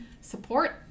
support